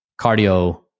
cardio